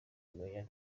kumenya